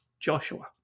joshua